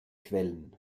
quellen